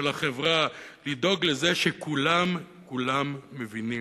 של החברה, לדאוג לזה שכולם כולם מבינים.